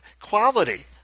quality